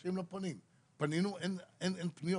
אנשים לא פונים, פנינו, אין פניות.